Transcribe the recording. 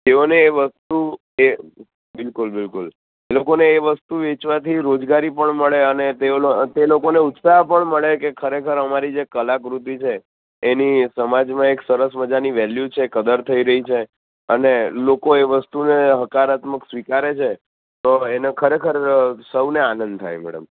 તેઓને એ વસ્તુ એ બિલકુલ બિલકુલ એ લોકોને એ વસ્તુ વેચવાથી રોજગારી પણ મળે અને તે લોકોને ઉત્સાહ પણ મળે કે ખરેખર અમારી જે કલાકૃતિ છે એની સમાજમાં એક સરસ મજાની વેલ્યૂ છે કદર થઈ રહી છે અને લોકો એ વસ્તુને હકારાત્મક સ્વીકારે છે તો એને ખરેખર સૌને આનંદ થાય મેડમ